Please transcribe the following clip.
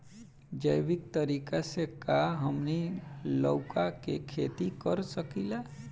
जैविक तरीका से का हमनी लउका के खेती कर सकीला?